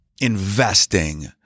investing